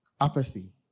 Apathy